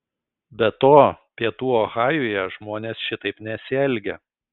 be to pietų ohajuje žmonės šitaip nesielgia